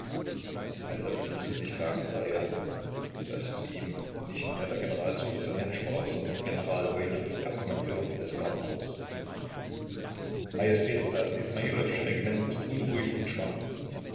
als er wieder zu sich kam sah er daß zu ihm nicht mehr der general ssuchosanet sprach sondern general wojinow der kommandeur des gardekorps majestät das ismailowsche regiment ist unruhig und schwankend